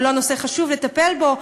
לא נושא חשוב לטפל בו.